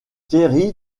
thierry